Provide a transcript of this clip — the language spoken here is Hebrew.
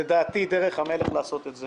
לדעתי, דרך המלך לעשות את זה